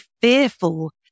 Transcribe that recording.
fearful